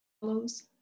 follows